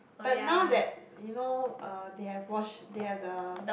but now that you know uh they have wash they have the